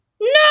No